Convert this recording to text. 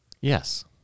yes